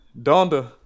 Donda